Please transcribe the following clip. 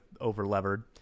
over-levered